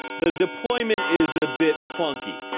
the deployment is a bit clunky,